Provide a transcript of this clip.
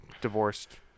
divorced